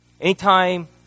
anytime